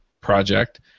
project